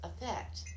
effect